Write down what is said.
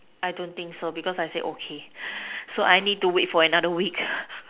I don't think so because I said okay so I need to wait for another week